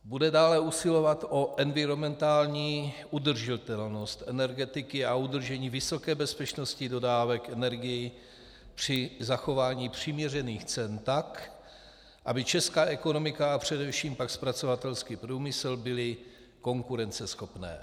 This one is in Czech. Bude dále usilovat o environmentální udržitelnost energetiky a udržení vysoké bezpečnosti dodávek energií při zachování přiměřených cen tak, aby česká ekonomika a především pak zpracovatelský průmysl byly konkurenceschopné.